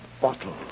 bottle